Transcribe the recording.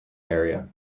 area